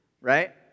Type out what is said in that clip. right